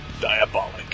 Diabolic